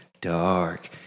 dark